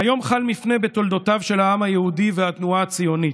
"היום חל מפנה בתולדותיו של העם היהודי והתנועה הציונית",